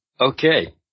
okay